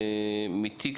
תודה.